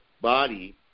body